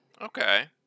Okay